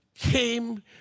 came